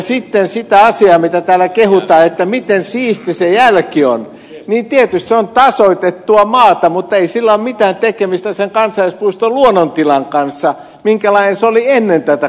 sitten siihen asiaan kun täällä kehutaan miten siisti se jälki on niin tietysti se on tasoitettua maata mutta ei sillä ole mitään tekemistä sen kansallispuiston luonnontilan kanssa minkälainen se oli ennen tätä kaivua